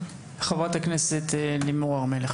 חברת הכנסת, לימור הר מלך,